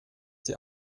die